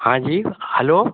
हाँ जी हलो